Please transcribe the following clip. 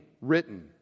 written